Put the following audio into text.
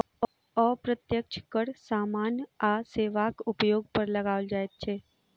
अप्रत्यक्ष कर सामान आ सेवाक उपयोग पर लगाओल जाइत छै